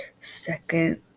Second